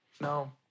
No